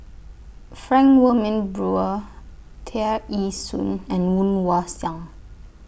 Frank Wilmin Brewer Tear Ee Soon and Woon Wah Siang